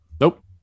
Nope